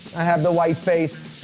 i have the white face.